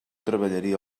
treballaria